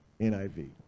NIV